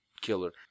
killer